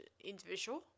individual